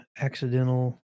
accidental